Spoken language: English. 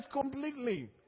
completely